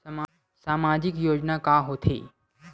सामाजिक योजना का होथे?